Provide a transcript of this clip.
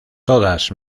todas